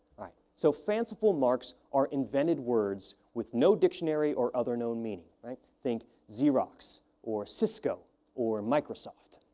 right. so, fanciful marks are invented words with no dictionary or other known meaning, right. think xerox or cisco or microsoft.